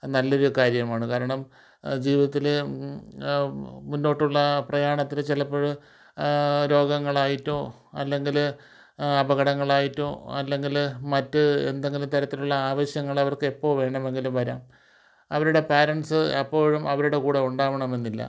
അത് നല്ല ഒരു കാര്യമാണ് കാരണം ജീവിതത്തിലെ മുന്നോട്ടുളള പ്രയാണത്തിൽ ചെലപ്പോൾ രോഗങ്ങളായിട്ടോ അല്ലെങ്കിൽ അപകടങ്ങളായിട്ടോ അല്ലെങ്കിൽ മറ്റ് എന്തെങ്കിലും തരത്തിലുള്ള ആവശ്യങ്ങളുള്ളവർക്ക് എപ്പോൾ വേണമെങ്കിലും വരാം അവരുടെ പേരൻസ് എപ്പോഴും അവരുടെ കൂടെ ഉണ്ടാവണം എന്നില്ല